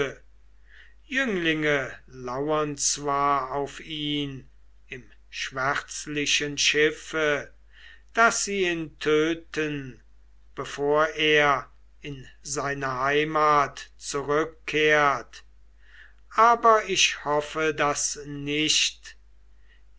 jünglinge lauern zwar auf ihn im schwärzlichen schiffe daß sie ihn töten bevor er in seine heimat zurückkehrt aber ich hoffe das nicht